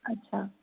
अछा